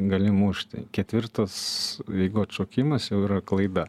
gali mušti ketvirtas jeigu atšokimas jau yra klaida